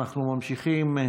אנחנו ממשיכים.